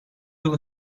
yol